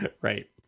Right